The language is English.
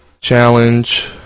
challenge